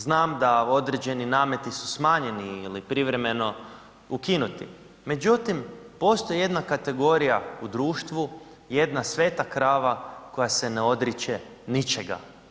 Znam da određeni nameti su smanjeni ili privremeno ukinuti međutim postoji jedna kategorija u društvu, jedna sveta krava koja se ne odriče ničega.